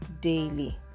daily